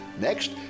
Next